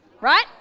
Right